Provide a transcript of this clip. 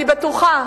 אני בטוחה